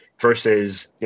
versus